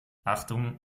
achtung